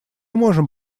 можем